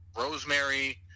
Rosemary